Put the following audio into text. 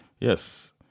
Yes